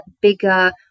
bigger